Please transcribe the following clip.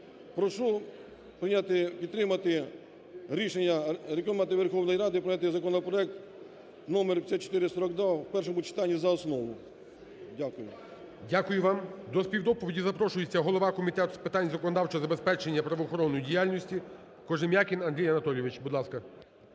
підтримати рішення рекомендувати Верховній Раді прийняти законопроект №5442 в першому читанні за основу. Дякую. ГОЛОВУЮЧИЙ. Дякую вам. До співдоповіді запрошується голова Комітету з питань законодавчого забезпечення правоохоронної діяльності Кожем'якін Андрій Анатолійович. Будь ласка.